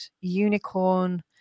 unicorn